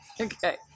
Okay